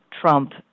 Trump